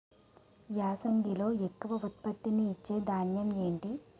యాసంగిలో ఎక్కువ ఉత్పత్తిని ఇచే ధాన్యం ఏంటి?